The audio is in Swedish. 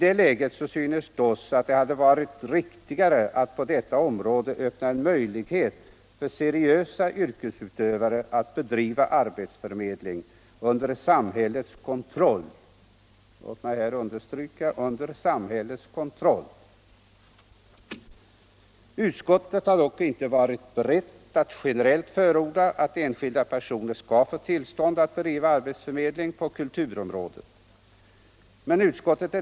I det läget synes det oss att det hade varit riktigare att på detta område Öppna en möjlighet för seriösa yrkesutövare att bedriva arbetsförmedling under samhällets kontroll. Utskottet har dock inte varit berett att generellt förorda att enskilda personer skall få tillstånd att bedriva arbetsförmedling på kulturområdet.